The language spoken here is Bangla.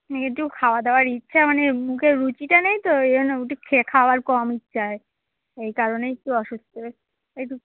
একটু খাওয়া দাওয়ার ইচ্ছা মানে মুখের রুচিটা নেই তো এই জন্য একটু খাওয়ার কম ইচ্ছা আছে এই কারণেই একটু অসুস্থ এইটুকু